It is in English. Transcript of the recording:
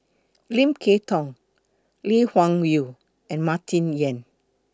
Lim Kay Tong Lee Wung Yew and Martin Yan